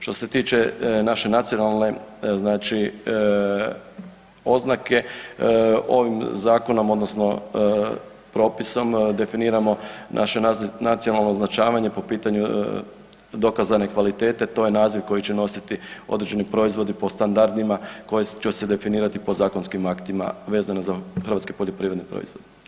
Što se tiče naše nacionalne znači oznake ovim zakonom odnosno propisom definiramo naše nacionalno označavanje po pitanju dokazane kvalitete, to je naziv koji će nositi određeni proizvodi po standardima koji će se definirati podzakonskim aktima vezano za hrvatske poljoprivredne proizvode.